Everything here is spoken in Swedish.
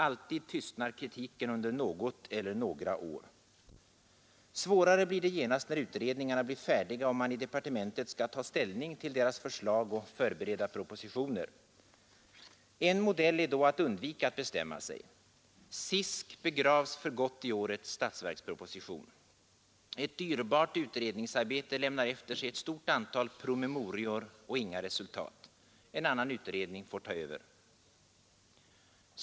Alltid tystnar kritiken under något eller några år. Svårare blir det genast när utredningarna är färdiga och man i departementet skall ta ställning till deras förslag och förbereda propositioner. En modell är då att undvika att bestämma sig. SISK begravs för gott i årets statsverksproposition. Ett dyrbart utredningsarbete lämnar efter sig ett stort antal promemorior och inga resultat. En annan utredning får ta över.